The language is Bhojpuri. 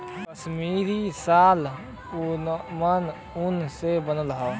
कसमीरी साल पसमिना ऊन से बनला